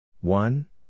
One